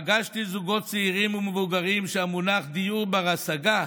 פגשתי זוגות צעירים ומבוגרים שהמונח "דיור בר השגה"